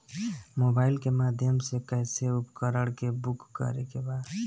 Mobile के माध्यम से कैसे उपकरण के बुक करेके बा?